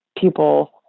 people